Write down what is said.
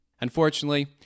Unfortunately